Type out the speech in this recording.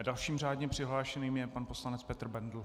Dalším řádně přihlášeným je pan poslanec Petr Bendl.